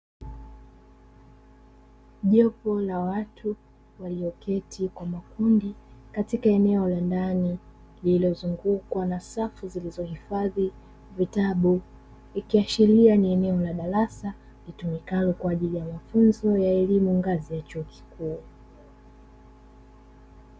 Jopo la watu walioketi kwa makundi katika eneo la ndani lililo zungukwa na safu zilizohifadhi vitabu, ikiashiria ni eneo la darasa litumikalo kwa ajili ya mafunzo ya elimu ngazi ya chuo kikuu.